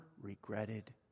regretted